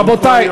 רבותי.